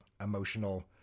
emotional